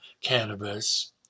cannabis